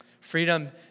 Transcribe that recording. Freedom